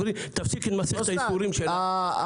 תפסיק את מסכת הייסורים שלה.